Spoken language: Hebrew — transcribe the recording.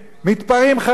מתפללים חרדים,